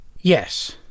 Yes